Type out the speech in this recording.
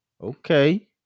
Okay